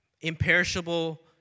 imperishable